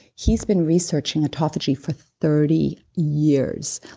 he's been researching autophagy for thirty years.